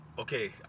Okay